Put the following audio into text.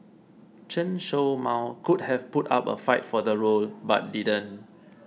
Chen Show Mao could have put up a fight for the role but didn't